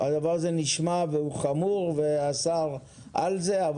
זה נשמע והוא חמור והשר על זה.